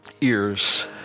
ears